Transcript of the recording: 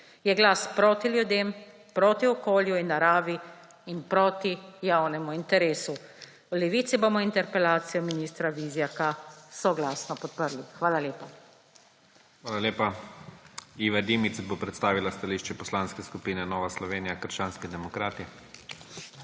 Je glas proti ljudem, proti okolju in naravi in proti javnemu interesu. V Levici bomo interpelacijo ministra Vizjaka soglasno podprli. Hvala lepa. **PREDSEDNIK IGOR ZORČIČ:** Hvala lepa. Iva Dimic bo predstavila stališče Poslanske skupine Nova Slovenija – krščanski demokrati. **IVA